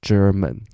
German，